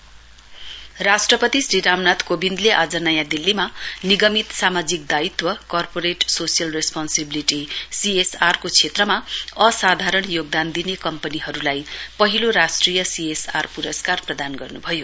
president CSR awards राष्ट्रपति श्री रामनाथ कोविन्दले आज नयाँ दिल्लीमा निगमित सामाजिक दायित्व कर्पोरेट सोशेल रेसपोशिबेलिटी सीएसआर के क्षेत्रमा असाधारण योगदान दिने कम्पनीहरुलाई पहिलो राष्ट्रिय सीएसआर पुरस्कार प्रदान गर्नुभयो